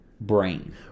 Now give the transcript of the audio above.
...brain